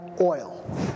oil